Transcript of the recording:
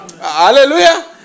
Hallelujah